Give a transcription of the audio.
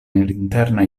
interna